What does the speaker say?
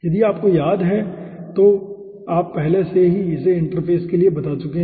यदि आपको यह याद है तो आप पहले ही इसे इंटरफ़ेस के लिए बता चुके हैं